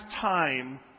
time